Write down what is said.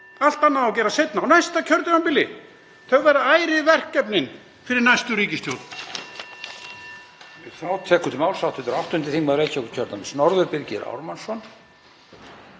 Allt annað á að gera seinna, á næsta kjörtímabili. Þau verða ærin verkefnin fyrir næstu ríkisstjórn.